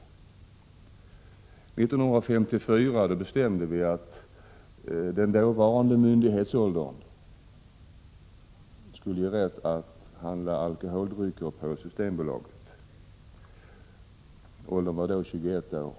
1954 bestämde vi att den dåvarande myndighetsåldern skulle ge rätt till köp av alkoholdrycker på Systembolaget. Myndighetsåldern var då 21 år.